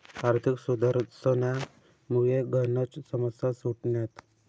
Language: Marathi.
आर्थिक सुधारसनामुये गनच समस्या सुटण्यात